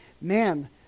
man